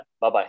Bye-bye